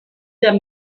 der